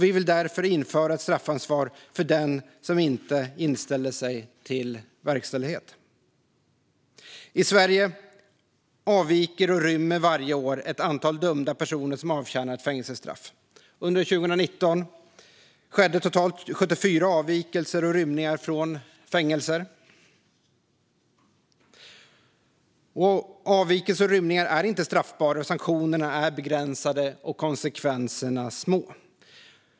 Vi vill därför införa ett straffansvar för den som inte inställer sig till verkställighet. I Sverige avviker och rymmer varje år ett antal dömda personer som avtjänar ett fängelsestraff. Under 2019 skedde totalt 74 avvikelser och rymningar från fängelser. Avvikelser och rymningar är inte straffbara. Sanktionerna är begränsade och konsekvenserna små.